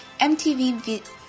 mtv